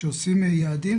כשקובעים יעדים,